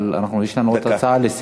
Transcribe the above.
אבל יש לנו עוד הצעה אחת לסדר-היום,